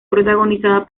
protagonizada